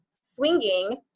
Swinging